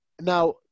Now